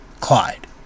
Clyde